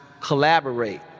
collaborate